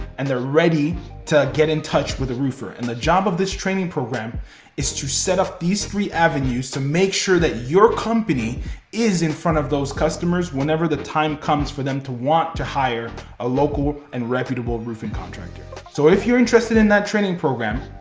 and they're ready to get in touch with the roofer. and the job of this training program is to set up these three avenues to make sure that your company is in front of those customers whenever the time comes for them to want to hire a local and reputable roofing contractor. so if you're interested in that training program,